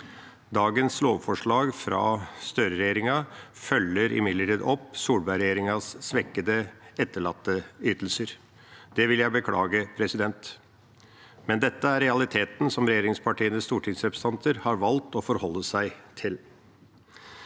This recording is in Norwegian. Dagens lovforslag fra Støre-regjeringa følger imidlertid opp Solberg-regjeringas svekkede etterlatteytelser. Det vil jeg beklage. Men dette er realiteten som regje ringspartienes stortingsrepresentanter har valgt å forholde seg til.